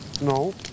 No